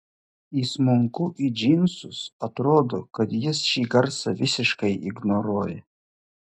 įsmunku į džinsus atrodo kad jis šį garsą visiškai ignoruoja